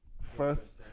first